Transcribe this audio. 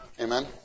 Amen